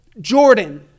Jordan